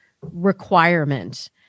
requirement